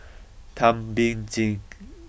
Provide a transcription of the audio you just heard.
Thum Ping Tjin